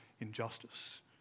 injustice